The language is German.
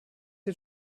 den